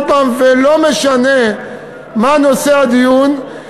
ולא משנה מה נושא הדיון,